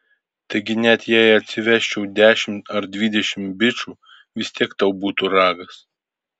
taigi net jei atsivesčiau dešimt ar dvidešimt bičų vis tiek tau būtų ragas